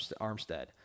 Armstead